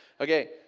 Okay